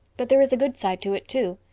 but there is a good side to it too.